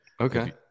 Okay